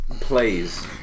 plays